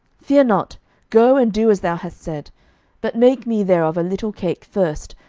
fear not go and do as thou hast said but make me thereof a little cake first,